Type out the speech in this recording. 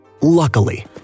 Luckily